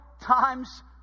times